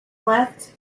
left